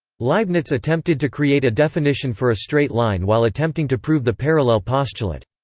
leibniz attempted to create a definition for a straight line while attempting to prove the parallel postulate.